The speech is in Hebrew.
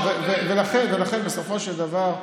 לכן, בסופו של דבר,